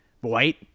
White